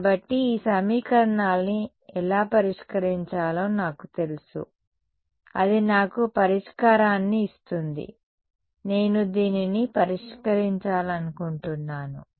కాబట్టి ఈ సమీకరణాన్ని ఎలా పరిష్కరించాలో నాకు తెలుసు అది నాకు పరిష్కారాన్ని ఇస్తుంది నేను దీనిని పరిష్కరించాలనుకుంటున్నాను